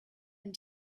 and